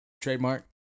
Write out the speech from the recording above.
Trademark